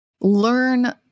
learn